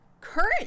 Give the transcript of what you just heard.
Current